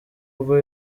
ubwo